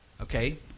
Okay